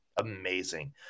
amazing